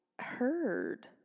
heard